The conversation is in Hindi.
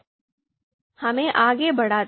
हमें आगे बढ़ाते हैं